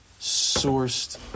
sourced